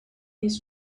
his